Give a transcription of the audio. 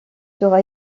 sur